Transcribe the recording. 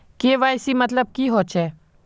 KYC मतलब की होचए?